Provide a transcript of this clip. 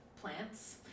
plants